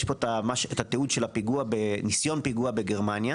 יש פה התיעוד של ניסיון פיגוע בגרמניה,